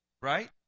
right